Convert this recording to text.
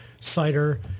cider